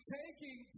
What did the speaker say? taking